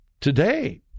Today